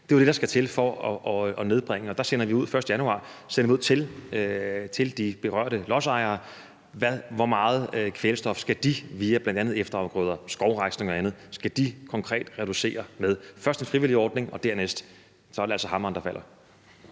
Det er jo det, der skal til for at nedbringe udledningen. Og der sender vi den 1. januar brev ud til de berørte lodsejere om, hvor meget kvælstof de – via bl.a. efterafgrøder, skovrejsning og andet – konkret skal reducere med. Først er det en frivillig ordning; dernæst er det hammeren, der falder.